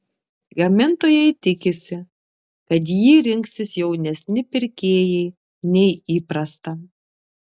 gamintojai tikisi kad jį rinksis jaunesni pirkėjai nei įprasta